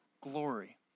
glory